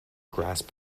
grasp